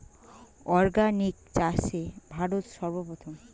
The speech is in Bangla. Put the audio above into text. অর্গানিক চাষে ভারত সর্বপ্রথম